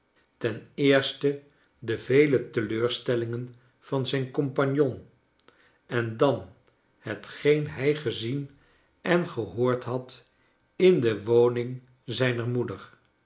ten eerste de vele teleurstellingen van zijn compagnon en dan hetgeen hij gezien en gehoord had in de woning zijner moeder